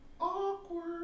Awkward